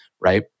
right